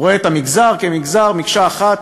הוא רואה את המגזר כמגזר, מקשה אחת,